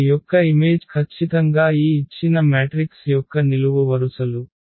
ఈ A యొక్క image ఖచ్చితంగా ఈ ఇచ్చిన మ్యాట్రిక్స్ యొక్క నిలువు వరుసలు